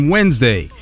Wednesday